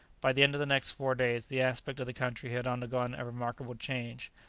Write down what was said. by the end of the next four days the aspect of the country had undergone a remarkable change,